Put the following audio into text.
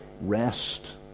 rest